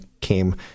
came